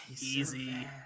Easy